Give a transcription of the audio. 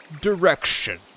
direction